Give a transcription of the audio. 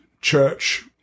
church